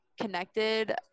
connected